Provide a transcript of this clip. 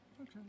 Okay